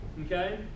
okay